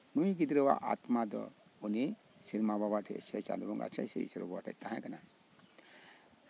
ᱱᱩᱭ ᱜᱤᱫᱽᱨᱟᱹ ᱟᱜ ᱟᱛᱢᱟ ᱫᱚ ᱥᱮᱨᱢᱟ ᱵᱟᱵᱟ ᱴᱷᱮᱱ ᱥᱮ ᱪᱟᱸᱫᱳ ᱵᱟᱵᱟ ᱴᱷᱮᱱ ᱛᱟᱦᱮᱸ ᱠᱟᱱᱟ